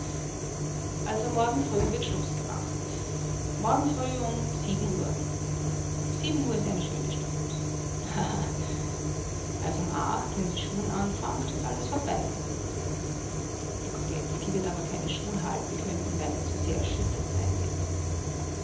also morgen früh wird schluß gemacht morgen früh um sieben uhr sieben uhr ist eine schöne stund haha also um acht wenn die schul anfangt ist alles vorbei der kopetzky wird aber keine schul halten können weil er zu sehr erschüttert sein wird